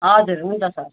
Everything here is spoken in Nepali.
हजुर हुन्छ सर